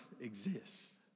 exists